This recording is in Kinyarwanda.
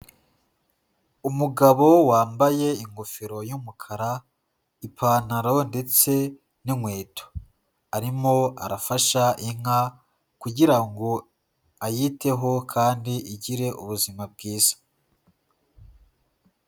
Umugabo wambaye ingofero y'umukara, ipantaro ndetse n'inkweto arimo arafasha inka kugira ngo ayiteho kandi igire ubuzima bwiza.